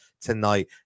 tonight